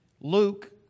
Luke